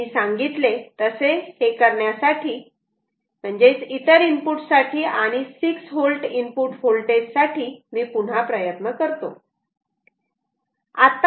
मी सांगितले तसे हे करण्यासाठी इतर इनपुट साठी आणि 6 V इनपुट व्होल्टेज साठी मी पुन्हा प्रयत्न करतो